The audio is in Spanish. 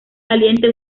caliente